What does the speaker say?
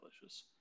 delicious